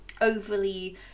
Overly